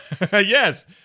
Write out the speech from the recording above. Yes